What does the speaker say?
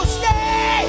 stay